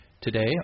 Today